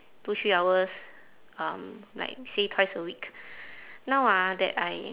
two three hours um like say twice a week now ah that I